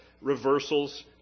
reversals